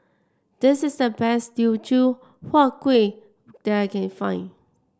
this is the best Teochew Huat Kuih that I can find